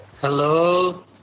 Hello